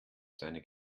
seine